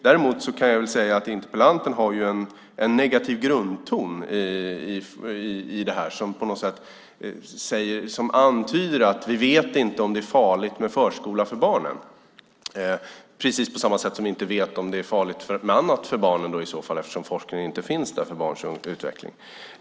Däremot kan jag säga att interpellanten har en negativ grundton i detta som antyder att vi inte vet om det är farligt med förskola för barnen precis på samma sätt som vi inte vet om det är farligt med annat för barnen eftersom forskning inte finns där om barns utveckling.